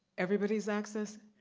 everybody's access?